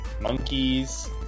Monkeys